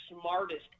smartest